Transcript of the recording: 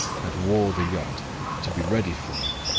had wore the yacht to be ready for it.